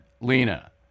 Lena